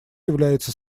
является